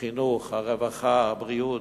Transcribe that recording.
החינוך, הרווחה, הבריאות.